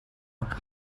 qui